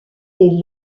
des